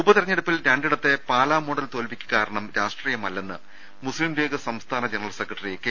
ഉപതെരഞ്ഞെടുപ്പിൽ രണ്ടിടത്തെ പാലാ മോഡൽ തോൽവിക്ക് കാരണം രാഷ്ട്രീയമല്ലെന്ന് മുസ്ലിം ലീഗ് സംസ്ഥാന ജനറൽ സെക്രട്ടറി കെ